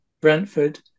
Brentford